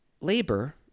labor